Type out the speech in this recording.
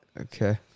Okay